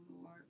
more